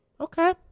Okay